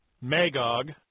Magog